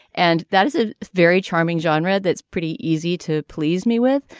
and that is a very charming genre that's pretty easy to please me with.